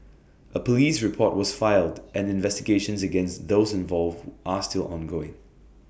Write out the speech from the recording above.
A Police report was filed and investigations against those involved are still ongoing